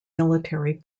military